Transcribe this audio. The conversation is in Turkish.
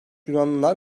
yunanlılar